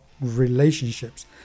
relationships